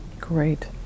great